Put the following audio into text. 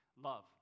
Love